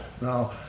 Now